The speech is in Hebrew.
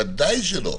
ודאי שלא.